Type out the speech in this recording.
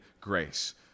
grace